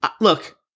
Look